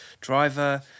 driver